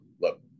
look